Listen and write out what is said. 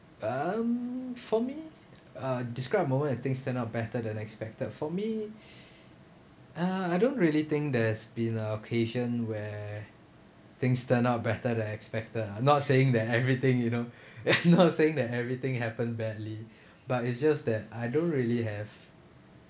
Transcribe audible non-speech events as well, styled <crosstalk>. um for me uh describe a moment I think stand out better than expected for me <breath> uh I don't really think there's been a occasion where things stand out better than expected ah not saying that everything you know <breath> <laughs> not saying that everything happen badly <breath> but it's just that I don't really have